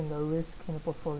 the risk and for